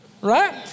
right